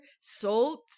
salt